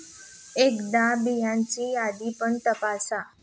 एकदा बियांची यादी पण तपासा